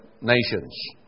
nations